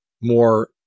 more